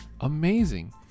amazing